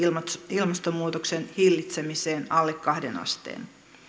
ilmastonmuutoksen hillitsemiseen alle kahden asteen